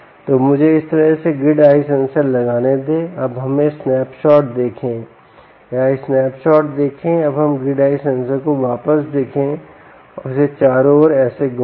तो मुझे इस तरह से ग्रिड आई सेंसर लगाने दें अब हम स्नैपशॉट देखें यहाँ स्नैपशॉट देखें अब हम ग्रिड आई सेंसर को वापस देखें और इसे चारों ओर ऐसे घुमाएँ